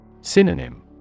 Synonym